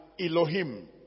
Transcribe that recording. Elohim